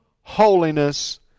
holiness